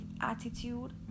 attitude